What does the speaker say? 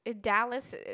Dallas